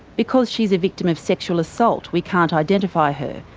because she's a victim of sexual assault, we can't identify her,